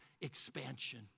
expansion